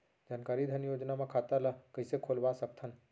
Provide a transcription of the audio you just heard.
जानकारी धन योजना म खाता ल कइसे खोलवा सकथन?